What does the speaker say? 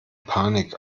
panik